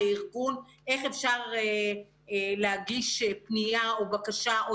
לארגון איך אפשר להגיש פנייה או בקשה או